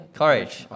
courage